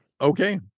Okay